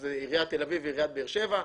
שהן עיריית תל-אביב ועיריית באר-שבע.